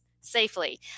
safely